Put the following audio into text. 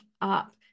up